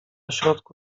środku